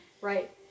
Right